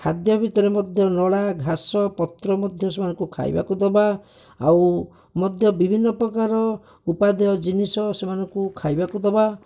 ଖାଦ୍ୟ ଭିତରେ ମଧ୍ୟ ନଡ଼ା ଘାସ ପତ୍ର ମଧ୍ୟ ସେମାନଙ୍କୁ ଖାଇବାକୁ ଦେବା ଆଉ ମଧ୍ୟ ବିଭିନ୍ନ ପ୍ରକାର ଉପାଦାୟ ଜିନିଷ ସେମାନଙ୍କୁ ଖାଇବାକୁ ଦେବା